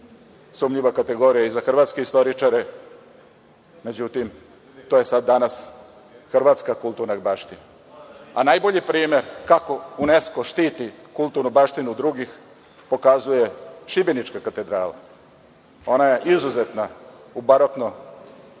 sumnjiva kategorija i za hrvatske istoričare, međutim, to je danas hrvatska kulturna baština. Najbolji primer kako UNESKO štiti kulturnu baštinu drugih pokazuje Šibenička katedrala. Ona je izuzetna u